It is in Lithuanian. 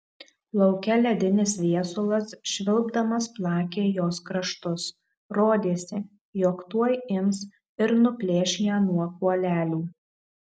lauke ledinis viesulas švilpdamas plakė jos kraštus rodėsi jog tuoj ims ir nuplėš ją nuo kuolelių